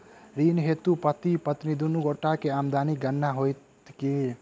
ऋण हेतु पति पत्नी दुनू गोटा केँ आमदनीक गणना होइत की?